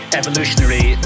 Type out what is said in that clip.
evolutionary